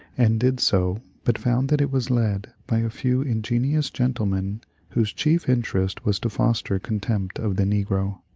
and did so, but found that it was led by a few in genious gentlemen whose chief interest was to foster con tempt of the negro.